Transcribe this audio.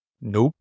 Nope